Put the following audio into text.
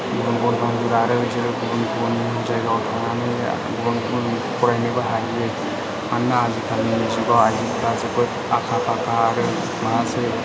गुबुन गुबुन मावग्रा आरो बिदिनो गुबुन गुबुन जायगायाव थांनानै गुबुन गुबुन फरायनोबो हायो मानोना आजिकालिनि जुगाव आइजोफोरा जोबोद आखा फाखा आरो माखासे